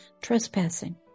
trespassing